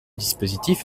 dispositif